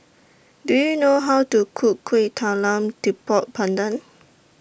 Do YOU know How to Cook Kueh Talam Tepong Pandan